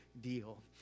deal